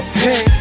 hey